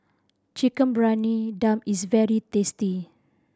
Chicken Briyani Dum is very tasty